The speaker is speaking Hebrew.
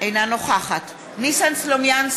נאוה בוקר היקרה, אני התבקשתי